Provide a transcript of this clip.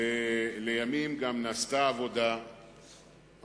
לימים, גם נעשתה עבודה חשובה.